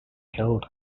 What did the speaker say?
killed